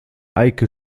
eike